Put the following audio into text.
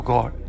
God